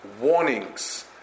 warnings